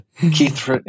Keith